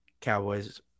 Cowboys